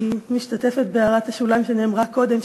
אני משתתפת בהערת השוליים שנאמרה קודם,